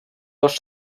dos